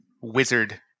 wizard